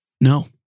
no